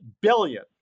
billion